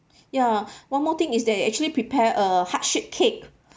ya one more thing is that actually prepare a heart shape cake